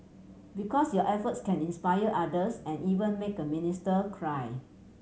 because your efforts can inspire others and even make a minister cry